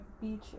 Beach